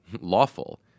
lawful